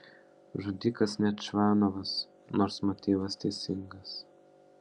žudikas ne čvanovas nors motyvas teisingas